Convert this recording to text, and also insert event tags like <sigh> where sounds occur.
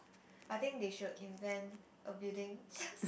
I think they should invent a building <noise>